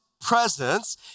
presence